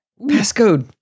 Passcode